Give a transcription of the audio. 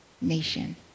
nation